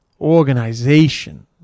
organization